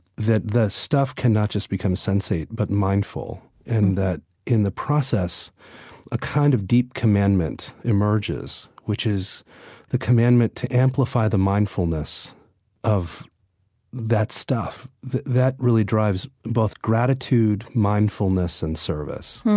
that the stuff cannot just become sensate but mindful in and that in the process a kind of deep commandment emerges, which is the commandment to amplify the mindfulness of that stuff. that that really drives both gratitude, mindfulness, and service.